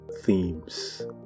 themes